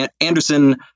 Anderson